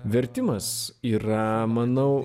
vertimas yra manau